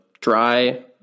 dry